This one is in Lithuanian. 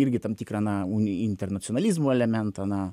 irgi tam tikra na uni internacionalizmo elementą na